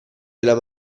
della